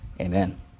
amen